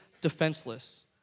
defenseless